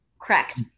Correct